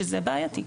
שזה בעייתי.